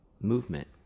movement